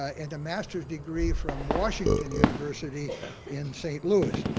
and a masters degree from washington university in saint louis.